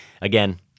Again